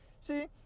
See